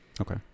Okay